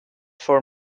for